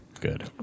Good